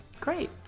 Great